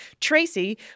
Tracy